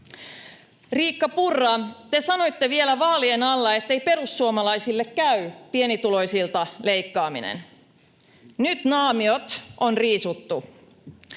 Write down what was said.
Riikka Purra, te sanoitte vielä vaalien alla, ettei perussuomalaisille käy pienituloisilta leikkaaminen. Nyt naamiot on riisuttu.